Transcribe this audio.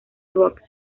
rock